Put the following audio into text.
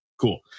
Cool